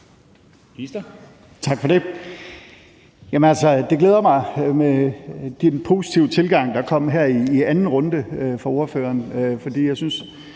Tak for det. Jeg glæder mig over den positive tilgang, der er kommet her i anden runde fra ordførerens